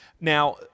Now